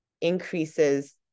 increases